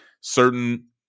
certain